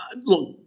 Look